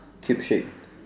cheap shape